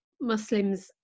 muslims